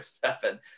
seven